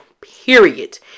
Period